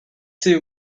see